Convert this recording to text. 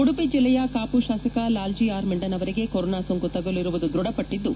ಉಡುಪಿ ಜಿಲ್ಲೆಯ ಕಾಪು ಶಾಸಕ ಲಾಲಾಜಿ ಆರ್ ಮೆಂಡನ್ ಅವರಿಗೆ ಕೊರೊನಾ ಸೋಂಕು ತಗುಲಿರುವುದು ದ್ವಢಪಟ್ಟದ್ದು